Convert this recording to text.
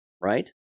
right